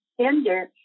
gender